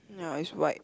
ya is white